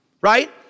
right